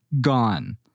Gone